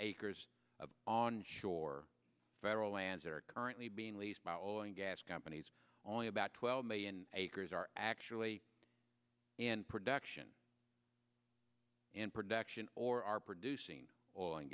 acres of on shore federal lands that are currently being leased by all and gas companies only about twelve million acres are actually in production and production or are producing oil and